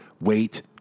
wait